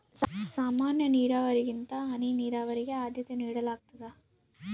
ಸಾಮಾನ್ಯ ನೇರಾವರಿಗಿಂತ ಹನಿ ನೇರಾವರಿಗೆ ಆದ್ಯತೆ ನೇಡಲಾಗ್ತದ